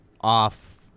off